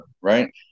Right